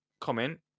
comment